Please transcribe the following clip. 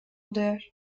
oluyor